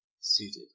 suited